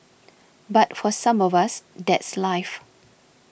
but for some of us that's life